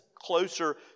closer